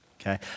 okay